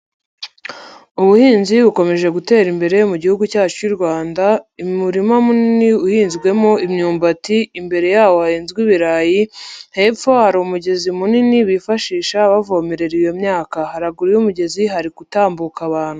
Ubuhinzi bukomeje gutera imbere mu Gihugu cyacu cy'u Rwanda, umurima munini uhinzwemo imyumbati imbere yawo hahinzwe ibirayi, hepfo hari umugezi munini bifashisha bavomerera iyo myaka, haraguru y'umugezi hari gutambuka abantu.